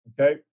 Okay